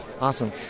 Awesome